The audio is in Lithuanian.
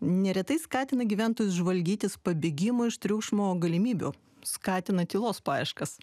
neretai skatina gyventojus žvalgytis pabėgimo iš triukšmo galimybių skatina tylos paieškas